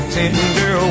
tender